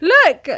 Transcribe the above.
Look